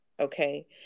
Okay